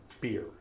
Beer